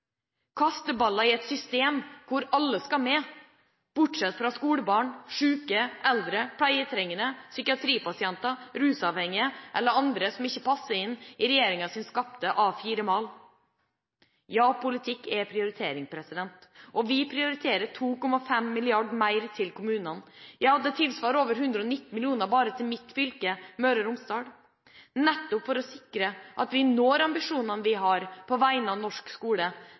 et system hvor alle skal med, bortsett fra skolebarn, syke, eldre, pleietrengende, psykiatripasienter, rusavhengige eller andre som ikke passer inn i regjeringens skapte A4-mal. Ja, politikk er prioritering. Vi prioriterer 2,5 mrd. kr mer til kommunene. Det tilsvarer over 119 mill. kr bare til mitt fylke, Møre og Romsdal. Dette gjør vi nettopp for å sikre at vi når ambisjonene vi har på vegne av norsk skole,